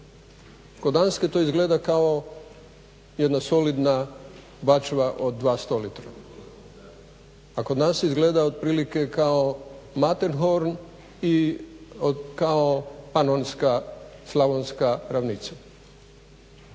Kod Danske to izgleda kao jedna solidna bačva od dva sto litra, a kod nas izgleda otprilike kao mater horn i kao panonska, slavonska ravnica.